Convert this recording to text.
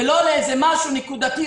ולא לאיזה משהו נקודתי,